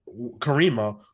Karima